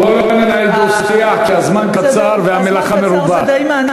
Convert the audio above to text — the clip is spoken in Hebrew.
בואו לא ננהל דו-שיח כי הזמן קצר והמלאכה מרובה.